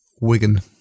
Wigan